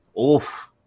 Oof